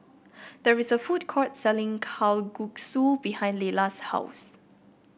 there is a food court selling Kalguksu behind Leyla's house